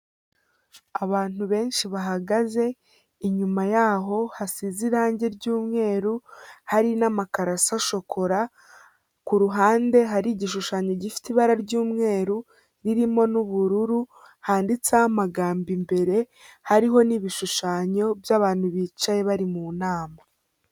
Abantu benshi bahagaze, inyuma yaho hasize irangi ry'umweru, hari n'amakaro asa shokora, ku ruhande hari igishushanyo gifite ibara ry'umweru ririmo n'ubururu, handitseho amagambo imbere, hariho n'ibishushanyo by'abantu bicaye bari mu nama.